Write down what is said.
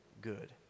good